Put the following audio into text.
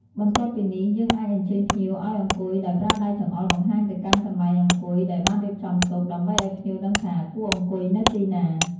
បន្ទាប់ពីនេះ យើងអាចអញ្ជើញភ្ញៀវឲ្យអង្គុយដោយប្រើដៃចង្អុលបង្ហាញទៅកាន់កន្លែងអង្គុយដែលបានរៀបចំទុក ដើម្បីឲ្យភ្ញៀវដឹងថាគួរអង្គុយនៅទីណា។